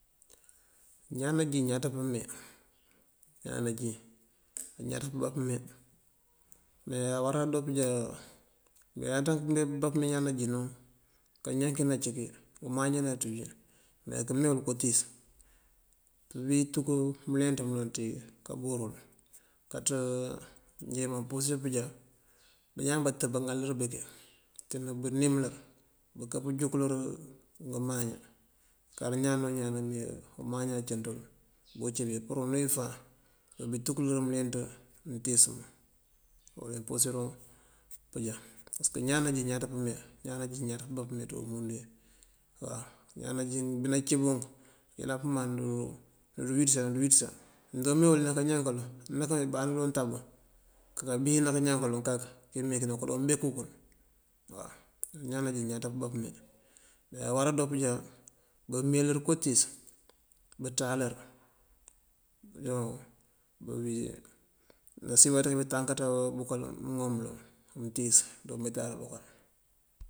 Ñaan najín añaţ pëme, ñaan najín añaţ pëbá pëme. Me awará do pëjá mënyëláanţank pëbá pëme ñaan najín kañan kinacíki, umaaña wina ţíij wí me këmewul kootíis. Pëbíi tuk mënleenţ mëloŋ ţí kabúrul kaţ njí mampursir pëjá bañaan bateb baŋalër bíkí, ţína bënimëlër búka pëjúkëlër ngëmaaña. Kara ñaano ñaan nëme umaaña acíntul ciwú cíbí pur unowí fáan bëbi túkëlër mëleenţ mëtíis muŋ, wul wí pursir wuŋ pëjá. Parësëk ñaan najín añaţ pëme, ñaan najín ñaţ pëbá pëme ţí umundu wí waw. Ñaan najín binacíbunk ayëlan pëman dú wiţësa dú wiţësa. Mëndoo mewul ná kañan kaloŋ këme kaloŋ nabí báandi dí untab nëkaka bina kañan kaloŋ kak kí meekí nako doon bekú kul waw. Ñaan najín ñaţ pëba pëme. Awará do pëjá bëmeyëlër kootíis bëţáalër bëbi nasiyën baţí bitankaţa búkal mëŋom mëloŋ mëtíis ţí umetáari búkël.